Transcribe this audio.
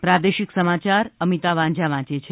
પ્રાદેશિક સમાચાર અમિતા વાંઝા વાંચે છે